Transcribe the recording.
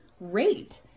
rate